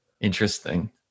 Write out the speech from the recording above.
Interesting